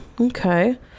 Okay